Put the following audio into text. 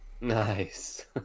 Nice